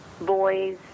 boys